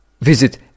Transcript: Visit